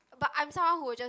but I'm someone who will just